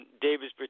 Davis